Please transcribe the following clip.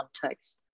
context